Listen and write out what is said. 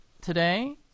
today